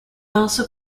also